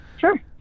Sure